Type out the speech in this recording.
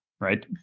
right